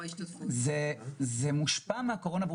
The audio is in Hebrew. זה מושפע מהקורונה,